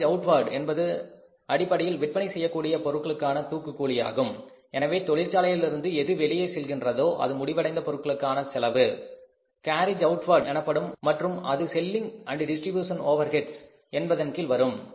garage outward என்பது அடிப்படையில் விற்பனை செய்யக்கூடிய பொருட்களுக்கான தூக்கு கூலியாகும் எனவே தொழிற்சாலையிலிருந்து எது வெளியே செல்கின்றதோ அது முடிவடைந்த பொருட்களுக்கான செலவு கேரேஜ் அவுட் வார்டு எனப்படும் மற்றும் அது selling and distribution overheads Selling Distribution Overheads என்பதன் கீழ் வரும்